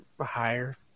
higher